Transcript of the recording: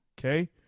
Okay